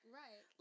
right